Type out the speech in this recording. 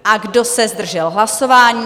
A kdo se zdržel hlasování?